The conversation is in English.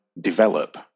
develop